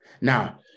Now